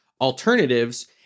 alternatives